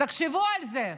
תחשבו על זה.